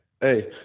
hey